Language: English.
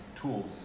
tools